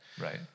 Right